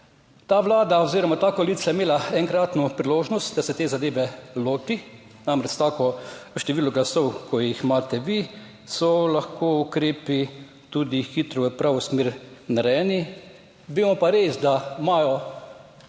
Ta Vlada oziroma ta koalicija je imela enkratno priložnost, da se te zadeve loti. Namreč, tako število glasov, kot jih imate vi, so lahko ukrepi tudi hitro v pravo smer narejeni. Vemo pa res, da imajo